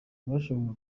bashobora